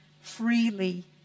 freely